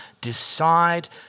decide